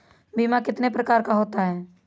बीमा कितने प्रकार का होता है?